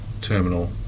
terminal